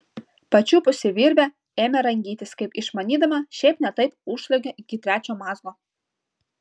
pačiupusi virvę ėmė rangytis kaip išmanydama šiaip ne taip užsliuogė iki trečio mazgo